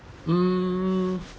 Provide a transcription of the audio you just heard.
mm